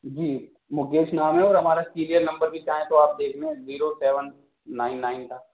جی مُکیش نام ہے اور ہمارا سیریل نمبر بھی چاہیں تو آپ دیکھ لیں زیرو سیون نائن نائن تھا